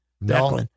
No